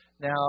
Now